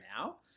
now